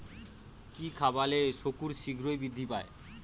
কি খাবালে শুকর শিঘ্রই বৃদ্ধি পায়?